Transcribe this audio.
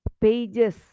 pages